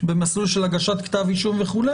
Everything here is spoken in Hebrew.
במסלול של הגשת כתב אישום וכולי,